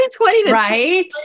right